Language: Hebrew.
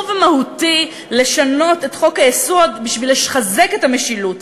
ומהותי לשנות את חוק-היסוד בשביל לחזק את המשילות,